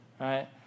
right